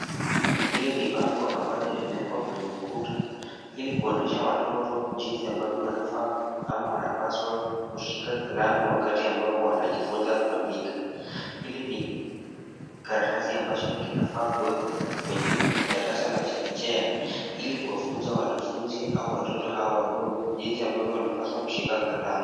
Hili ni bango ambalo limewekwa kwenye ukuta ili kuonyesha watoto jinsi ambavyo wanafaa ama wanapaswa kushika kalamu wakati ambapo wanajifunza kuandika , hili ni karatasi ambacho kinafaa kuwekwa katika darasa la chekechea ili kuwafunza wanafunzi au watoto hawa wadogo jinsi wanafaa kushika kalamu.